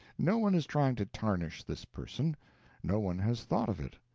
no one is trying to tarnish this person no one has thought of it.